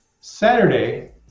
Saturday